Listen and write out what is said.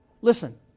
Listen